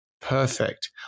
perfect